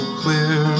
clear